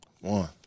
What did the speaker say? one